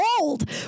old